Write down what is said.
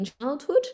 childhood